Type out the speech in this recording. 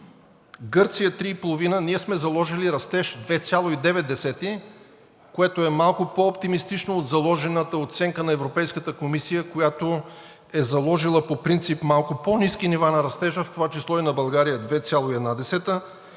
Гърция – 3,5. Ние сме заложили растеж 2,9, което е малко по-оптимистично от заложената оценка на Европейската комисия, която е заложила по принцип малко по-ниски нива на растежа, в това число и на България 2,1.